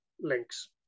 links